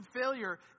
failure